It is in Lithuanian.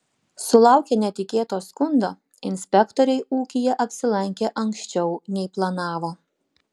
sulaukę netikėto skundo inspektoriai ūkyje apsilankė anksčiau nei planavo